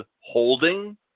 holding